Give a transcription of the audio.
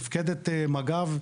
מפקדת מג"ב,